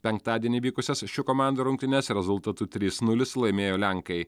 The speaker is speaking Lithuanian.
penktadienį vykusias šių komandų rungtynes rezultatu trys nulis laimėjo lenkai